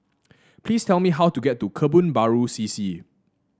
please tell me how to get to Kebun Baru C C